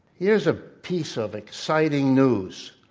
here is a piece of exciting news.